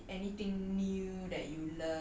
actually what I meant was like what did you